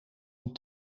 een